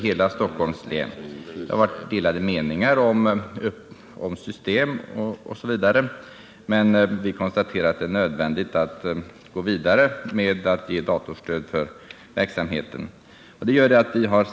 I samband med diskussionerna om detta har det varit delade meningar i fråga om systemets utformning, men utskottet konstaterar att det är nödvändigt att gå vidare med att ge detta datorstöd för verksamheten.